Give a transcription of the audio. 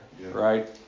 right